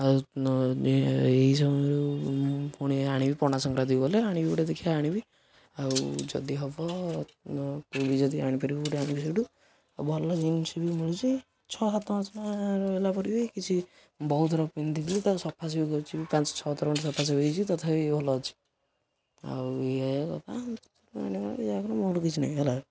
ଆଉ ଏ ସମୟରୁ ମୁଁ ପୁଣି ଆଣିବି ପଣା ସଂକ୍ରାନ୍ତିକୁ ଗଲେ ଆଣିବି ଗୋଟେ ଦେଖିବା ଆଣିବି ଆଉ ଯଦି ହବ ତୁ ବି ଯଦି ଆଣିପାରିବୁ ଗୋଟେ ଆଣିବୁ ସେଇଠୁ ଆଉ ଭଲ ଜିନ୍ସ ବି ମିଳୁଛି ଛଅ ସାତ ମାସ ହେଲାପରେ ବି କିଛି ବହୁତଥର ପିନ୍ଧିିକି ତାକୁ ସଫାସୁଫି ବି କରିଛି ପାଞ୍ଚ ଛଅଥର ଖଣ୍ଡେ ସଫାସୁଫି ବି ହେଇଛି ତଥାପି ଭଲ ଅଛି ଆଉ ଏଇ କଥା ଆଣିବୁ ଯାହା କରିବୁ ମୋର କିଛି ନାହିଁ ହେଲା